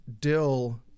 dill